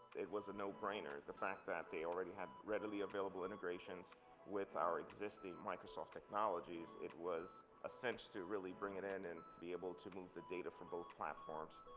it was a no-brainer. the fact that they already had readily available integrations with our existing microsoft technologies, it was a cinch to really bring it in and be able to move the data from both platforms.